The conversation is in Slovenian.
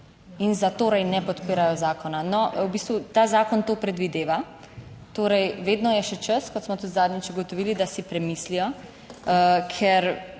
in zatorej ne podpirajo zakona. No, v bistvu ta zakon to predvideva. Torej, vedno je še čas, kot smo tudi zadnjič ugotovili, da si premislijo, ker,